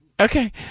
Okay